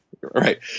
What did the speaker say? right